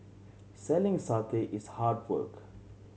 selling satay is hard work